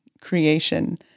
creation